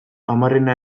hamarrena